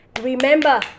Remember